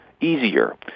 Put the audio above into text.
easier